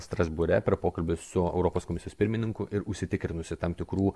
strasbūre per pokalbius su europos komisijos pirmininku ir užsitikrinusi tam tikrų